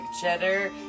cheddar